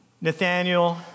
Nathaniel